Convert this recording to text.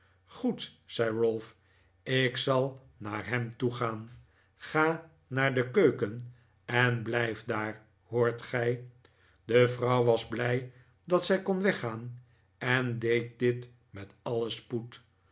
goed zei ralph ik zal naar hem toegaan ga naar de keuken en blijf daar hoort gij de vrouw was blij dat zij kon weggaan en deed dit met alien spoed